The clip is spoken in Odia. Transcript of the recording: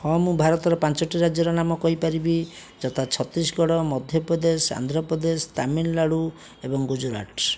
ହଁ ମୁଁ ଭାରତର ପାଞ୍ଚଟି ରାଜ୍ୟର ନାମ କହିପାରିବି ଯଥା ଛତିଶଗଡ଼ ମଧ୍ୟପ୍ରଦେଶ ଆନ୍ଧ୍ରପ୍ରଦେଶ ତାମିଲନାଡ଼ୁ ଏବଂ ଗୁଜୁରାଟ